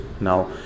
Now